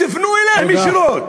תפנו אליהם ישירות,